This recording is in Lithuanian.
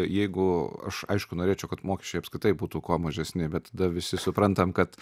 jeigu aš aišku norėčiau kad mokesčiai apskritai būtų kuo mažesni bet tada visi suprantam kad